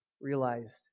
realized